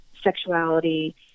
sexuality